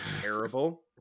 Terrible